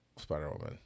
Spider-Woman